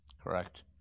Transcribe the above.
Correct